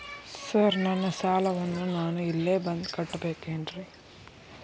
Sir ನನ್ನ ಸಾಲವನ್ನು ನಾನು ಇಲ್ಲೇ ಬಂದು ಕಟ್ಟಬೇಕೇನ್ರಿ?